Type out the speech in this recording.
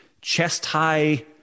chest-high